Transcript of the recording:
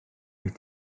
wyt